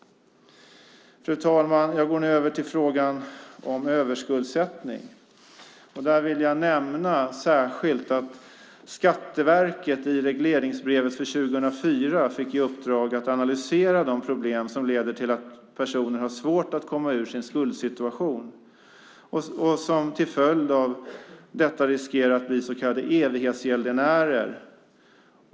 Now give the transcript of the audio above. Fru talman! Jag går nu över till frågan om överskuldsättning. Där vill jag särskilt nämna att Skatteverket i regleringsbrevet för 2004 fick i uppdrag att analysera de problem som leder till att personer har svårt att komma ur sin skuldsituation och som till följd av detta riskerar att bli så kallade evighetsgäldenärer.